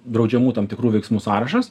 draudžiamų tam tikrų veiksmų sąrašas